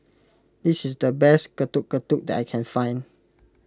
this is the best Getuk Getuk that I can find